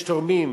יש תורמים